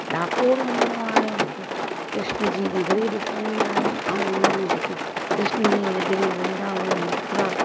डाकोर वञिणो आहे मूंखे कृष्ण जी नगरी ॾिसणी आहे ऐं उनमें जेके कृष्ण जी नगरी वृंदावन मथुरा